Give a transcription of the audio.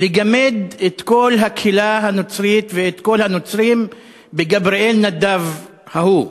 לגמד את כל הקהילה הנוצרית ואת כל הנוצרים בגבריאל ההוא,